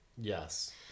yes